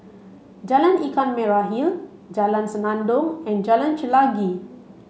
Jalan Ikan Merah Hill Jalan Senandong and Jalan Chelagi